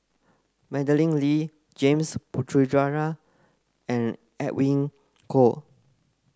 Madeleine Lee James Puthucheary and Edwin Koek